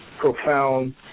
profound